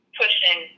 pushing